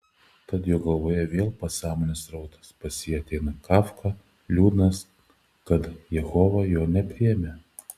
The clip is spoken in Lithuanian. tad jo galvoje vėl pasąmonės srautas pas jį ateina kafka liūdnas kad jehova jo nepriėmė